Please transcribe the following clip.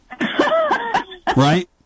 Right